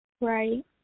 Right